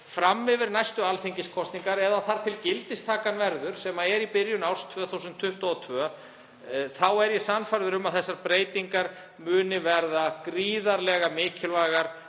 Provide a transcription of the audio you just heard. fram yfir næstu alþingiskosningar, eða þar til gildistakan verður, sem er í byrjun árs 2022, er ég sannfærður um að þessar breytingar muni verða gríðarlega mikilvægar,